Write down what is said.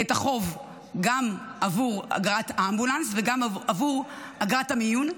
את החוב גם עבור אגרת אמבולנס וגם עבור אגרת המיון.